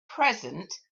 present